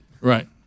Right